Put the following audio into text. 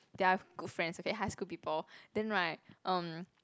they are good friends okay high school people then right um